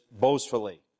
boastfully